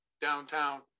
downtown